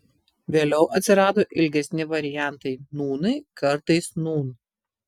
vėliau atsirado ilgesni variantai nūnai kartais nūn